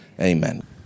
Amen